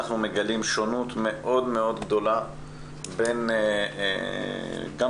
אנחנו מגלים שונות מאוד מאוד גדולה גם בין המוסדות